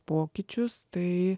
pokyčius tai